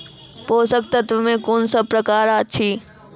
पोसक तत्व मे कून सब प्रकार अछि?